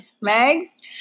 Mags